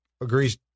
agrees